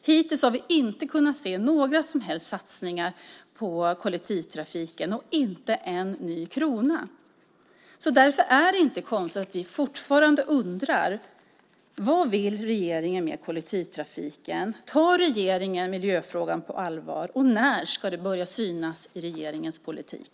Hittills har vi inte kunnat se några som helst satsningar på kollektivtrafiken och inte en enda ny krona. Därför är det inte konstigt att vi fortfarande undrar. Vad vill regeringen med kollektivtrafiken? Tar regeringen miljöfrågan på allvar, och när det ska börja synas i regeringens politik?